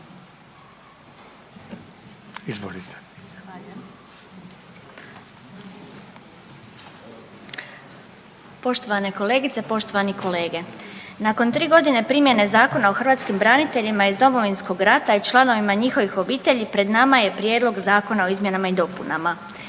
Poštovane kolegice, poštovani kolege. Nakon 3 godine primjene Zakona o hrvatskim braniteljima iz Domovinskog rata i članovima njihovih obitelji pred nama je Prijedlog zakona o izmjenama i dopunama.